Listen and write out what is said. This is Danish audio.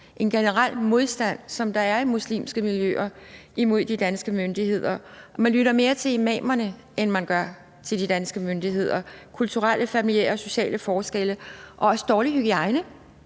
en generel modstand, som der er i muslimske miljøer imod de danske myndigheder. Man lytter mere til imamerne, end man gør til de danske myndigheder, og der er kulturelle, familiære og sociale forskelle og også dårlig hygiejne.